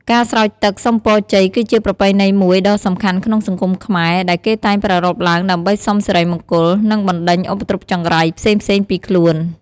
ការស្រោចទឹកសុំពរជ័យគឺជាប្រពៃណីមួយដ៏សំខាន់ក្នុងសង្គមខ្មែរ ដែលគេតែងប្រារព្ធឡើងដើម្បីសុំសិរីមង្គល និងបណ្ដេញឧបទ្រពចង្រៃផ្សេងៗពីខ្លួន។